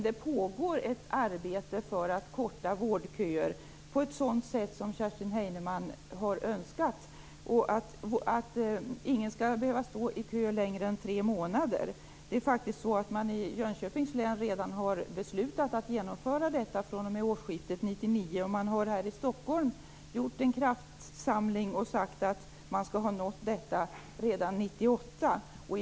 Det pågår ett arbete för att korta vårdköer på ett sådant sätt som Kerstin Heinemann har önskat, dvs. att ingen skall behöva stå i kö längre än tre månader. I Jönköpings län har man faktiskt redan beslutat att genomföra detta fr.o.m. årsskiftet 1999. Här i Stockholm har man gjort en kraftsamling och sagt att man skall ha nått detta redan 1998.